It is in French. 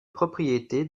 propriété